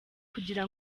kugira